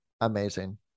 amazing